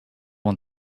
want